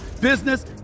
business